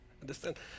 Understand